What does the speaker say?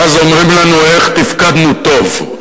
ואז אומרים לנו איך תפקדנו טוב.